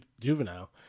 juvenile